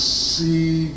see